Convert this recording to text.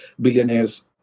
billionaires